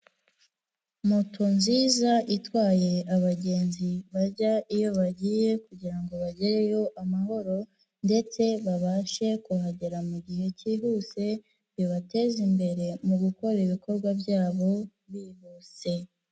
Moto nziza itwaye abagenzi bajya iyo bagiye kugira ngo bagereyo amahoro ndetse babashe kuhagera mu gihe kihuse, bibateza imbere mu gukora ibikorwa byabo bihuse.